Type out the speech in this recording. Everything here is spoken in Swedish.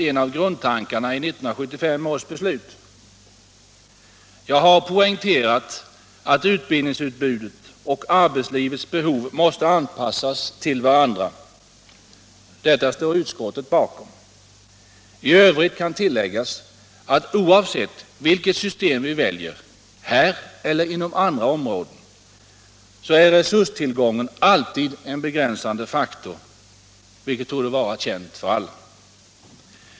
Jag har poängterat att utbildningsutbudet och arbetslivets behov måste anpassas till varandra. Detta står utskottet bakom. I övrigt kan tilläggas att oavsett vilket system vi väljer — här eller på andra områden — så är resurstillgången alltid en begränsande faktor, vilket torde vara känt för alla.